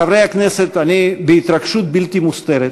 חברי הכנסת, אני, בהתרגשות בלתי מוסתרת,